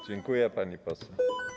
Dziękuję, pani poseł.